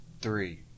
three